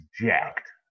jacked